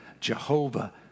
Jehovah